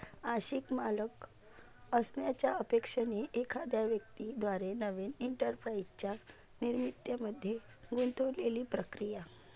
आंशिक मालक असण्याच्या अपेक्षेने एखाद्या व्यक्ती द्वारे नवीन एंटरप्राइझच्या निर्मितीमध्ये गुंतलेली प्रक्रिया